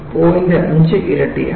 5 ഇരട്ടിയാണ്